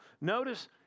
Notice